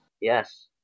Yes